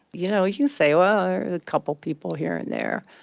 you know, you say you are a couple people here and there,